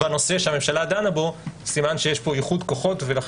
בנושא שהממשלה דנה בו - סימן שיש פה איחוד כוחות ואני